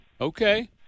Okay